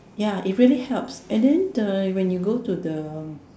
ya it really helps and than the when you go to the